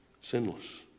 sinless